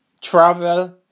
travel